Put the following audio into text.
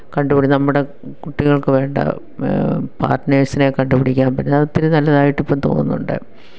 കണ്ട് പിടിക്കാൻ നമ്മുടെ കുട്ടികള്ക്ക് വേണ്ട പാര്ട്ട്നേര്സിനെ കണ്ട് പിടിക്കാൻ പറ്റുന്നു അതൊത്തിരി നല്ലതായിട്ടിപ്പം തോന്നുന്നുണ്ട്